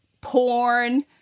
Porn